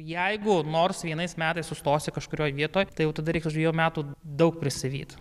jeigu nors vienais metais sustosi kažkurioj vietoj tai jau tada reiks už dviejų metų daug prisivyt